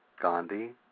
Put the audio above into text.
Gandhi